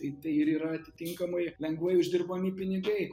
tai tai ir yra atitinkamai lengvai uždirbami pinigai